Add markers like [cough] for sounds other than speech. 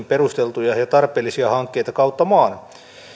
[unintelligible] perusteltuja ja tarpeellisia hankkeita kautta maan